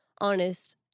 honest